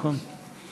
נכון?